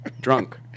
drunk